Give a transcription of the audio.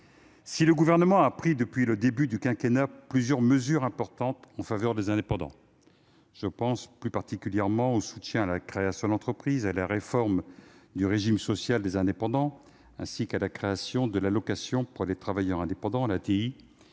Si le Gouvernement a pris depuis le début du quinquennat plusieurs mesures importantes en faveur des indépendants - je pense plus particulièrement au soutien à la création d'entreprise, à la réforme du régime social des indépendants, ainsi qu'à la création de l'allocation des travailleurs indépendants (ATI)